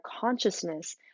consciousness